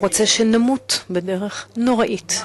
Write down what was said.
רוצה שנמות בדרך נוראית,